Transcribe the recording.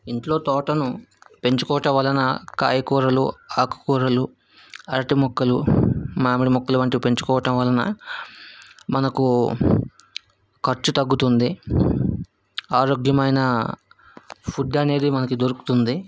ఇంట్లో తోటను పెంచుకోవటం వలన కాయకూరలు ఆకుకూరలు అరటి మొక్కలు మామిడి మొక్కలు వంటివి పెంచుకోవడం వలన మనకు ఖర్చు తగ్గుతుంది ఆరోగ్యమైన ఫుడ్ అనేది మనకి దొరుకుతుంది